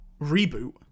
reboot